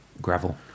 gravel